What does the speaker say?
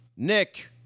Nick